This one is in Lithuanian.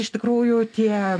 iš tikrųjų tie